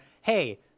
hey